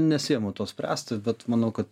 nesiimu to spręsti bet manau kad